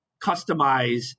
customize